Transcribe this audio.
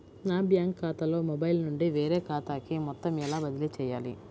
నా బ్యాంక్ ఖాతాలో మొబైల్ నుండి వేరే ఖాతాకి మొత్తం ఎలా బదిలీ చేయాలి?